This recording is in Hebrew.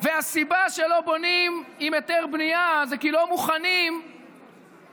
הסיבה לכך שלא בונים עם היתר בנייה היא כי לא מוכנים לקבל